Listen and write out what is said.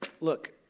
look